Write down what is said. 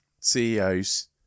CEOs